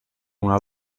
una